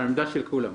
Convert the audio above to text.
העמדה של כולם.